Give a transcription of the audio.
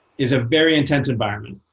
is a very intense environment.